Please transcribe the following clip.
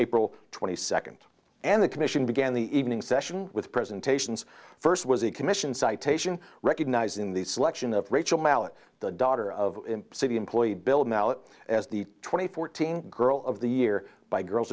april twenty second and the commission began the evening session with presentations first was a commission citation recognize in the selection of rachel mallett the daughter of city employee bill mallett as the twenty fourteen girl of the year by girls